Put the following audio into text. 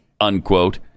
unquote